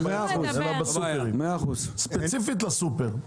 ספציפית לסופר.